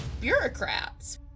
bureaucrats